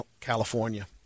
California